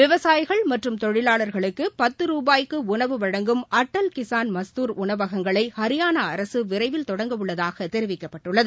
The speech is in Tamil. விவசாயிகள் மற்றும் தொழிவாளர்களுக்கு பத்து ரூபாய்க்கு உணவு வழங்கும் அட்டல் கிஸான் மஸ்தூர் உணவகங்களை ஹரியானா அரசு விரைவில் தொடங்க உள்ளதாக தெரிவிக்கப்பட்டுள்ளது